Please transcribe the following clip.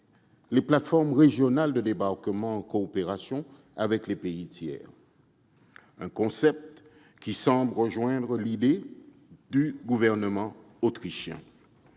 de plateformes régionales de débarquement en coopération avec les pays tiers, un concept qui semble rejoindre l'idée du Gouvernement autrichien.